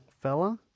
fella